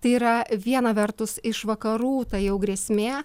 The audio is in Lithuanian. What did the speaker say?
tai yra viena vertus iš vakarų ta jau grėsmė